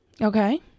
Okay